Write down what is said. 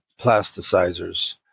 plasticizers